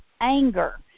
anger